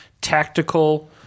tactical